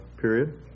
period